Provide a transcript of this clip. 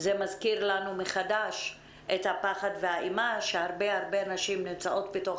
זה מזכיר לנו מחדש את הפחד והאימה של הרבה נשים שנמצאות בתוך